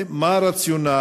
2. מה הרציונל?